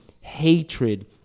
hatred